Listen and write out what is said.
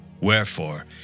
Wherefore